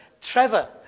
Trevor